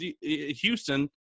Houston